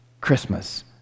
Christmas